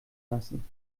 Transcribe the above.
lassen